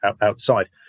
outside